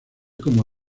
como